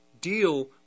deal